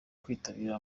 kwitabira